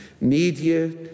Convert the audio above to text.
media